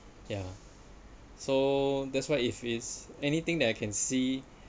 ya so that's why if it's anything that I can see